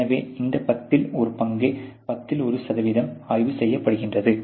எனவே பத்தில் ஒரு பங்கு பத்தில் ஒரு சதவீதம் ஆய்வு செய்யப்படுகிறது